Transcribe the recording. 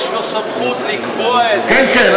יש לו סמכות לקבוע את זה, כן, כן.